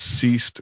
ceased